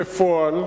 בפועל,